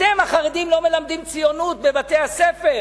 אתם החרדים לא מלמדים ציונות בבתי-הספר,